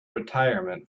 retirement